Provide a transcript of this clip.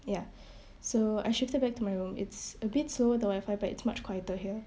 ya so I shifted back to my room it's a bit slow the wifi but it's much quieter here